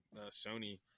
Sony